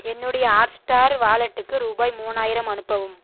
என்னுடைய ஹாட்ஸ்டார் வாலெட்டுக்கு ரூபாய் மூணாயிரம் அனுப்பவும்